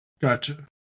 Gotcha